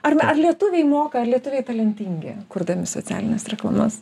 ar ar lietuviai moka ar lietuviai talentingi kurdami socialines reklamas